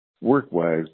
work-wise